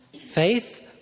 faith